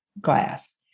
glass